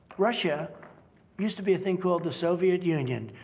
russia used to be a thing called the soviet union.